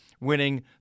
winning